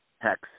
Hex